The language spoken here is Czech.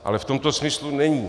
Ale v tomto smyslu není.